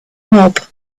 mob